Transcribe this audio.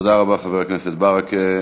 תודה רבה, חבר הכנסת ברכה.